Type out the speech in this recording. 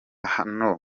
hano